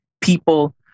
people